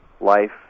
life